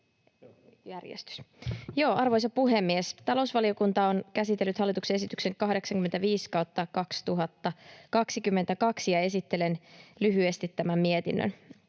Arvoisa puhemies! Talousvaliokunta on käsitellyt hallituksen esityksen 85/2022, ja esittelen lyhyesti tämän mietinnön: